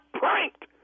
pranked